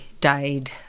died